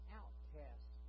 outcast